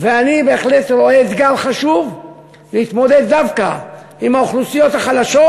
אבל אני בהחלט רואה אתגר חשוב בהתמודדות דווקא עם האוכלוסיות החלשות.